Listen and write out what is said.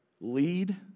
lead